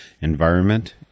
environment